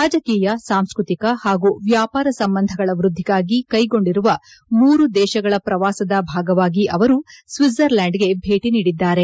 ರಾಜಕೀಯ ಸಾಂಸ್ನತಿಕ ಹಾಗೂ ವ್ಯಾವಾರ ಸಂಬಂಧಗಳ ವೃದ್ಧಿಗಾಗಿ ಕೈಗೊಂಡಿರುವ ಮೂರು ದೇಶಗಳ ಪ್ರವಾಸದ ಭಾಗವಾಗಿ ಅವರು ಸ್ವಿಡ್ವರ್ಲ್ಯಾಂಡ್ಗೆ ಭೇಟಿ ನೀಡಿದ್ದಾರೆ